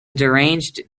deranged